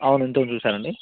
అవును ఇంతకుముందు చూశాను అండి